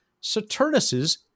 Saturnus's